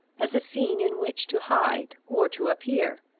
as a scene in which to hide or to appear,